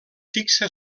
fixa